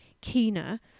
Keener